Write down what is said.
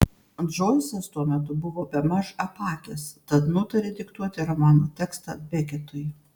džoisas tuo metu buvo bemaž apakęs tad nutarė diktuoti romano tekstą beketui